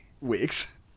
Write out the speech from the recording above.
weeks